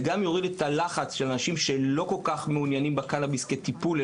זה גם יוריד את הלחץ של אנשים שלא מעוניינים בקנביס כטיפול,